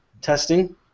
testing